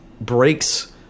breaks